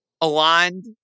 aligned